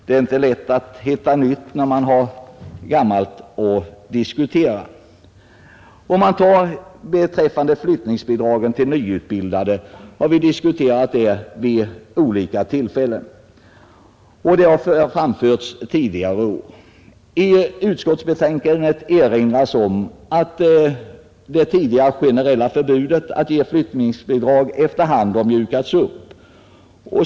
Det är inte lätt att hitta nytt när man har gammalt att diskutera. Flyttningsbidragen till nyutbildade har vi diskuterat vid olika tillfällen. I utskottsbetänkandet erinras om att det tidigare generella förbudet att ge flyttningsbidrag efter hand har mjukats upp.